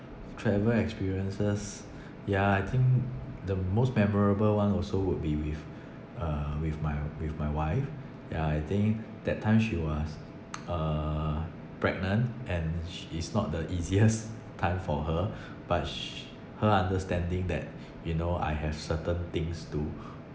travel experiences yeah I think the most memorable one also would be with uh with my with my wife ya I think that time she was uh pregnant and she it's not the easiest time for her but sh~ her understanding that you know I have certain things to